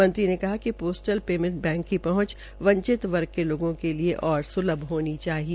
मंत्री ने कहा कि पोस्टल पोर्मेट बैंक की पहुंच वंचित वर्ग के लोगों के लिए और स्लभ होनी चाहिए